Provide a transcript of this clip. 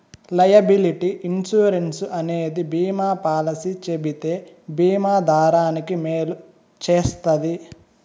liability insurance అనేది బీమా policy చెబితే బీమా దారానికి మేలు చేస్తది